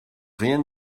rien